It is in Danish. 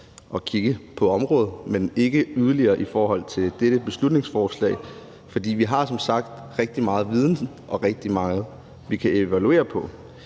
at kigge på området, men ikke yderligere i forhold til dette beslutningsforslag, for vi har som sagt rigtig meget viden og rigtig meget, vi kan evaluere på.